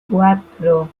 cuatro